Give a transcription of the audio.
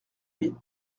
huit